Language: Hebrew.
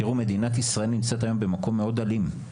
תראו, מדינת ישראל נמצאת היום במקום מאוד אלים.